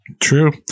True